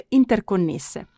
interconnesse